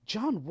John